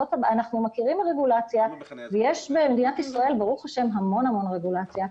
אנחנו מכירים רגולציה ובמדינת ישראל ברוך השם יש המון רגולציה.